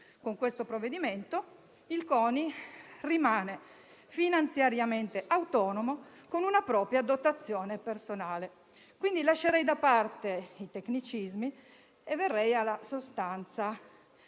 Con questo provvedimento il CONI rimane finanziariamente autonomo, con una propria dotazione personale. Quindi, lascerei da parte i tecnicismi e verrei alla sostanza.